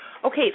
Okay